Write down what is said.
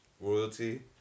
royalty